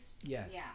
Yes